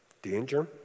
Danger